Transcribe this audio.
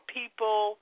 people